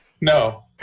no